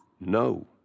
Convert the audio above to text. No